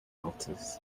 altars